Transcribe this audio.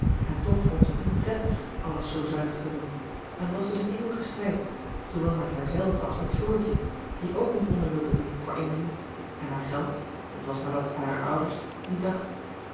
en toch vond zij het niet prettig alles zoo zuinig te doen en het was dus een eeuwige strijd zoowel met haarzelve als met floortje die ook niet onder wilde doen voor emilie en aan geld het louis couperus de boeken der kleine zielen was maar dat harer ouders niet dacht